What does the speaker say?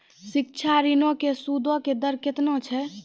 शिक्षा ऋणो के सूदो के दर केतना छै?